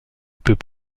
peut